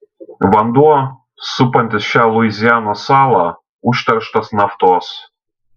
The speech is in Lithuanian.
vanduo supantis šią luizianos salą užterštas naftos